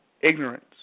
ignorance